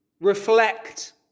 Reflect